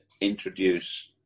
introduce